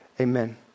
Amen